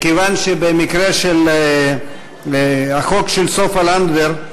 מכיוון שבמקרה של החוק של סופה לנדבר,